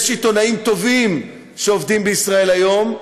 יש עיתונאים טובים שעובדים ב"ישראל היום",